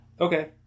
Okay